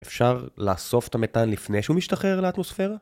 אפשר לאסוף את המתן לפני שהוא משתחרר לאטמוספירה?